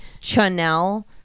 Chanel